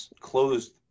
closed